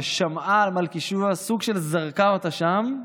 ששמעה על מלכישוע וסוג של זרקה אותה שם.